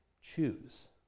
choose